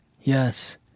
Yes